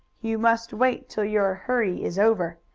you must wait till your hurry is over.